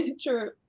true